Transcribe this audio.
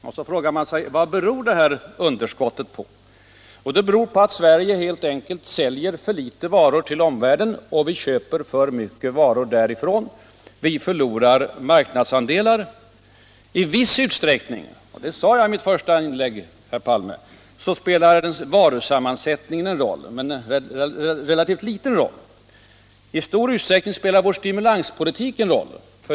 Man frågar sig: Vad beror underskotten på? De beror helt enkelt på att Sverige säljer för litet varor till omvärlden och köper för mycket varor därifrån. Vi förlorar marknadsandelar. I viss utsträckning — och det sade jag i mitt första inlägg, herr Palme — spelar varusammansättningen en roll, men en relativt liten roll. I stor utsträckning spelar vår stimulanspolitik en roll.